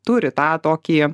turi tą tokį